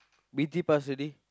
B_T pass already